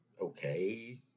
okay